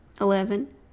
Eleven